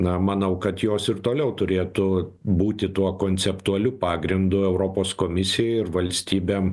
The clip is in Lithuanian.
na manau kad jos ir toliau turėtų būti tuo konceptualiu pagrindu europos komisijai ir valstybėm